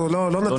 נכון.